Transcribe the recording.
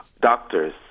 doctors